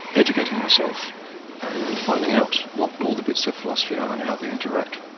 educating myself and finding out what all the bits of philosophy are and how they interact.